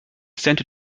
sent